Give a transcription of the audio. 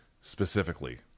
specifically